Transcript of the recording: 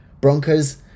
Broncos